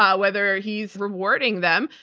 ah whether he's rewarding them.